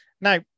Now